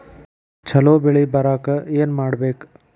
ಛಲೋ ಬೆಳಿ ಬರಾಕ ಏನ್ ಮಾಡ್ಬೇಕ್?